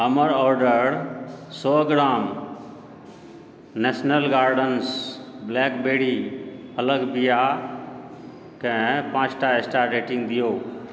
हमर ऑर्डर सए gram national gardens blackberry फलक बिआकेँ पाँचटा स्टार रेटिंग दिऔ